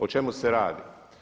O čemu se radi?